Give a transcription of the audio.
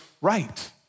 right